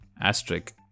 asterisk